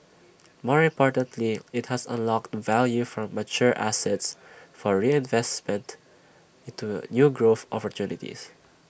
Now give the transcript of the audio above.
more importantly IT has unlocked value from mature assets for reinvestment into new growth opportunities